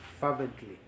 fervently